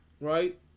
right